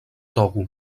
togo